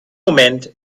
moment